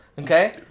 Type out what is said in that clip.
Okay